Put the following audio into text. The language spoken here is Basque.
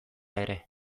ere